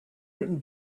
written